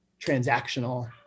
transactional